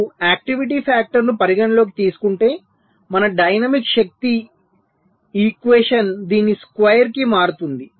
మీరు ఆక్టివిటీ ఫ్యాక్టర్ను పరిగణనలోకి తీసుకుంటే మన డైనమిక్ శక్తి ఇక్క్వెషన్ దీని స్క్వేర్ కి మారుతుంది